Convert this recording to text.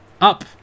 up